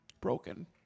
broken